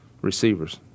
receivers